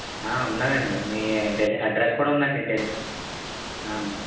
ఉన్నదండి మీ డెలి అడ్రస్ కూడా ఉందండి డెలి